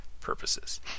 purposes